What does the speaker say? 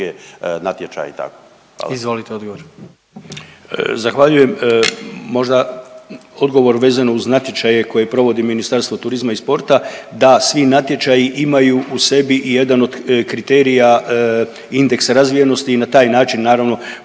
**Družak, Tomislav** Zahvaljujem. Možda odgovor vezano uz natječaje koje provodi Ministarstvo turizma i sporta da svi natječaji imaju u sebi i jedan od kriterija indeks razvijenosti i na taj način naravno